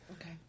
okay